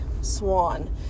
Swan